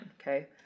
Okay